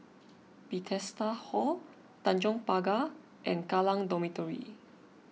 Bethesda Hall Tanjong Pagar and Kallang Dormitory